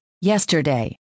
Yesterday